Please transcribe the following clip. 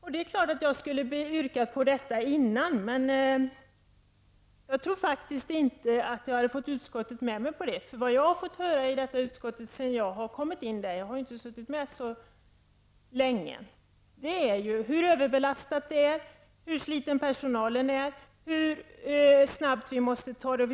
Det är klart att jag borde ha yrkat tidigare. Men jag tror inte att jag hade fått utskottet med mig. Jag har inte suttit i utskottet så länge. Men vad jag har fått höra sedan jag kom in i utskottet är hur överbelastad utskottet är, hur sliten personalen är och hur snabbt vi måste behandla ärendena.